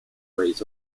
rays